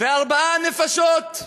וארבעה נפשות,